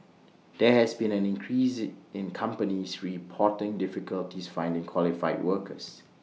there has been an increase in companies reporting difficulties finding qualified workers